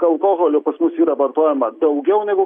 alkoholio pas mus yra vartojama daugiau negu